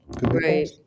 right